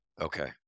Okay